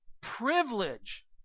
privilege